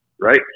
right